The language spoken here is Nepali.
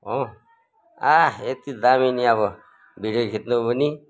हो आ यति दामी नि अब भिडियो खिच्नु पनि